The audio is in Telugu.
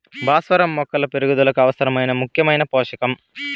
భాస్వరం మొక్కల పెరుగుదలకు అవసరమైన ముఖ్యమైన పోషకం